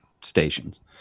stations